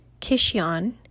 Kishion